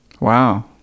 Wow